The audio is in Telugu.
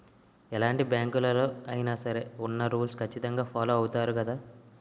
ఎలాంటి బ్యాంకులలో అయినా సరే ఉన్న రూల్స్ ఖచ్చితంగా ఫాలో అవుతారు గదా